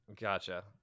gotcha